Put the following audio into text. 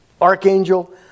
archangel